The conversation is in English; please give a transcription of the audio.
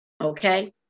Okay